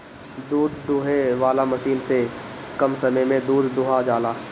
दूध दूहे वाला मशीन से कम समय में दूध दुहा जाला